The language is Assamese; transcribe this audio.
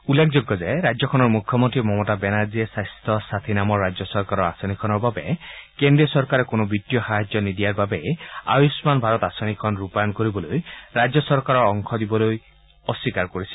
উল্লেখযোগ্য যে ৰাজ্যখনৰ মুখ্যমন্ত্ৰী মমতা বেনাৰ্জীয়ে স্বাস্থ্য সাথী নামৰ ৰাজ্য চৰকাৰৰ আঁচনিখনৰ বাবে কেন্দ্ৰীয় চৰকাৰে কোনো বিত্তীয় সাহায্য নিদিয়াৰ বাবেই আয়ুগ্গান ভাৰত আঁচনি ৰূপায়ণ কৰিবলৈ ৰাজ্য চৰকাৰৰ অংশ দিবলৈ অস্বীকাৰ কৰিছিল